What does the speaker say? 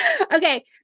Okay